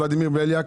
ולדימיר בליאק,